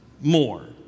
more